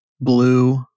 blue